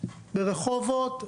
ברחובות,